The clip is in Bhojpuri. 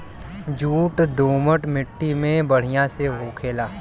जूट दोमट मट्टी में बढ़िया से होखेला